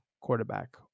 quarterback